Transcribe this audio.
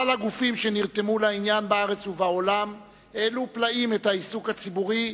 שלל הגופים שנרתמו לעניין בארץ ובעולם העלו פלאים את העיסוק הציבורי